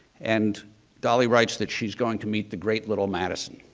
and dolley writes that she's going to meet the great little madison.